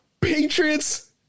Patriots